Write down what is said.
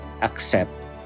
accept